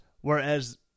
whereas